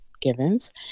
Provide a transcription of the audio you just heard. Givens